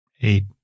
eight